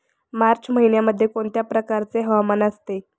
मार्च महिन्यामध्ये कोणत्या प्रकारचे हवामान असते?